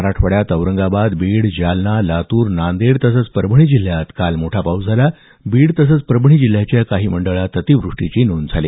मराठवाड्यात औरंगाबाद बीड जालना लातूर नांदेड तसंच परभणी जिल्ह्यात काल मोठा पाऊस झाला बीड तसंच परभणी जिल्ह्याच्या काही मंडळात अतिवृष्टीची नोंद झाली